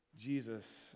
Jesus